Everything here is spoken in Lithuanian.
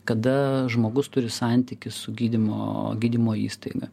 kada žmogus turi santykius su gydymo gydymo įstaiga